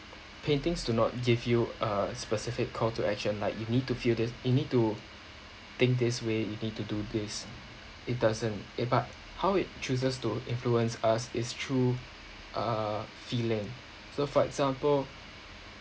paintings do not give you a specific call to action like you need to feel this you need to think this way you need to do this it doesn't it but how it chooses to influence us is true err feeling so for example